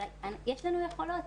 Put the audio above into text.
אבל יש לנו יכולות